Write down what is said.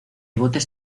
botes